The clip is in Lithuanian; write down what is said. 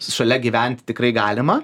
šalia gyventi tikrai galima